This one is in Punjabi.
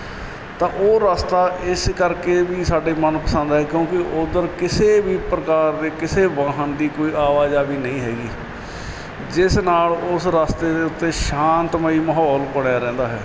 ਤਾਂ ਉਹ ਰਸਤਾ ਇਸ ਕਰਕੇ ਵੀ ਸਾਡੇ ਮਨਪਸੰਦ ਹੈ ਕਿਉਂਕਿ ਉੱਧਰ ਕਿਸੇ ਵੀ ਪ੍ਰਕਾਰ ਦੇ ਕਿਸੇ ਵਾਹਨ ਦੀ ਕੋਈ ਆਵਾਜਾਈ ਨਹੀ ਹੈਗੀ ਜਿਸ ਨਾਲ ਉਸ ਰਸਤੇ ਦੇ ਉੱਤੇ ਸ਼ਾਂਤਮਈ ਮਾਹੌਲ ਬਣਿਆ ਰਹਿੰਦਾ ਹੈ